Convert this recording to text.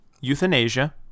Euthanasia